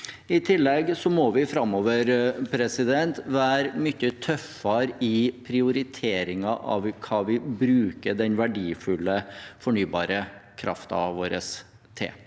I tillegg må vi framover være mye tøffere i prioriteringen av hva vi bruker den verdifulle fornybare kraften vår til.